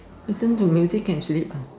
listen to music can sleep ah